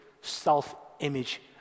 self-image